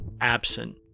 absent